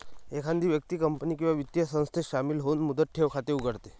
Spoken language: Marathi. एखादी व्यक्ती कंपनी किंवा वित्तीय संस्थेत शामिल होऊन मुदत ठेव खाते उघडते